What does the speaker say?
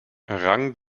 rang